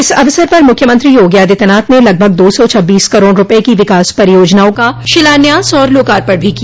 इस अवसर पर मुख्यमंत्री योगी आदित्यनाथ ने लगभग दो सौ छब्बीस करोड़ रूपये की विकास परियोजनाओं का शिलान्यास और लोकापर्ण भी किया